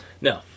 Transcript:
No